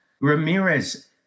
Ramirez